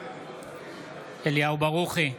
אליהו ברוכי,